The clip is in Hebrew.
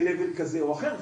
ברמה כזו או אחרת,